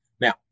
Now